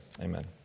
Amen